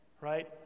right